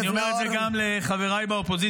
אני אומר את זה גם לחבריי באופוזיציה,